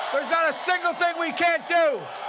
not a single thing we can't do!